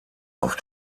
auf